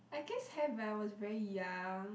I guess have when I was very young